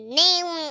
name